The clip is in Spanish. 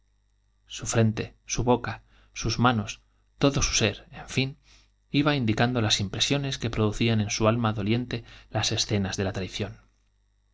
su frente su boca sus manos todo su ser en fin iba indicando las impresiones que produ cían en su alma doliente las escenas de la traición